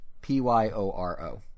P-Y-O-R-O